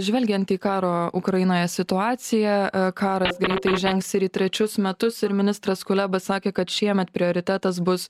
žvelgiant į karo ukrainoje situaciją karas greitai įžengs ir į trečius metus ir ministras kulebassakė kad šiemet prioritetas bus